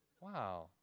wow